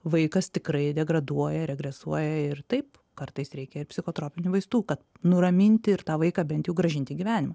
vaikas tikrai degraduoja regresuoja ir taip kartais reikia ir psichotropinių vaistų kad nuraminti ir tą vaiką bent jau grąžinti į gyvenimą